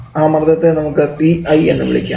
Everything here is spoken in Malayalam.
ആ മർദ്ദത്തെ നമുക്ക് Pi എന്നു വിളിക്കാം